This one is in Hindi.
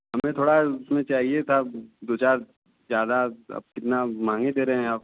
हमें थोड़ा उसमें चाहिए था दो चार ज़्यादा अब कितना महँगे दे रहे हैं आप